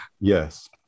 yes